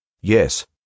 Yes